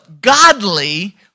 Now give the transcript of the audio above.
godly